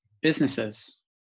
businesses